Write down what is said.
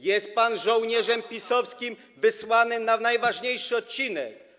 Jest pan żołnierzem PiS-owskim wysłanym na najważniejszy odcinek.